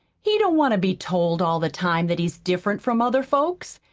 he don't want to be told all the time that he's different from other folks.